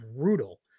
brutal